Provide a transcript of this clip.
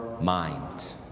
mind